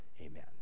amen